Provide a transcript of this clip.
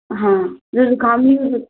हाँ ज़ो जुकाम में यूज़ हो